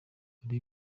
hari